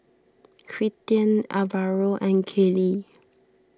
Quinten Alvaro and Kaylie